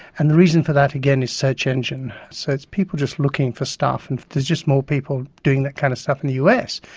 and the reason for that, again, is search engine. so it's people just looking for stuff, and there's just more people doing that kind of stuff in the us.